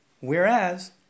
Whereas